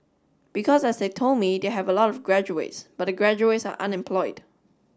because as they told me they have a lot graduates but the graduates are unemployed